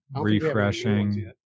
refreshing